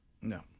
No